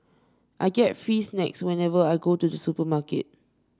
I get free snacks whenever I go to the supermarket